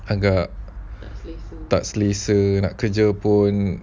agak tak selesa nak kerja pun